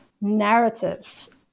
narratives